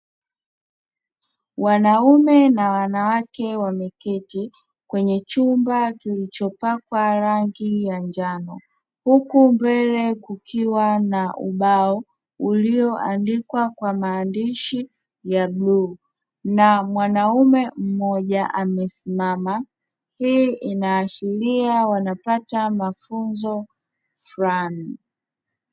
Wanaume na wanawake wameketi kwenye chumba kilichopakwa rangi ya njano, huku mbele kukiwa na ubao ulioandikwa kwa maandishi ya bluu. Na mwanaume mmoja amesimama, hii inaashiria wanapata mafunzo fulani.